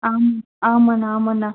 ஆம் ஆமாம்ண்ணா ஆமாம்ண்ணா